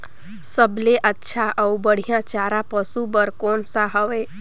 सबले अच्छा अउ बढ़िया चारा पशु बर कोन सा हवय?